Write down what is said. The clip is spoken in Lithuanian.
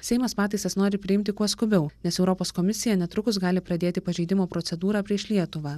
seimas pataisas nori priimti kuo skubiau nes europos komisija netrukus gali pradėti pažeidimo procedūrą prieš lietuvą